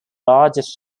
largest